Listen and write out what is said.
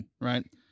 right